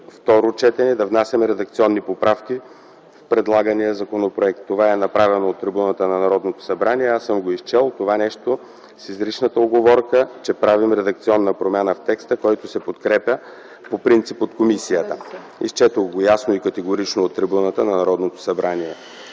второ четене да внасяме редакционни поправки в предлагания законопроект. Това е направено от трибуната на Народното събрание, аз съм го изчел това нещо с изричната уговорка, че правим редакционна промяна в текста, който се подкрепя по принцип от комисията. Изчетох го ясно и категорично от трибуната на Народното събрание...”